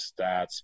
stats